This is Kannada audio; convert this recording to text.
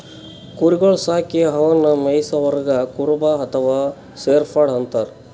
ಕುರಿಗೊಳ್ ಸಾಕಿ ಅವನ್ನಾ ಮೆಯ್ಸವರಿಗ್ ಕುರುಬ ಅಥವಾ ಶೆಫರ್ಡ್ ಅಂತಾರ್